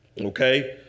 Okay